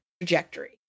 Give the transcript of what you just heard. trajectory